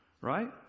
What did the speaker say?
right